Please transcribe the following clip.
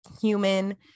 human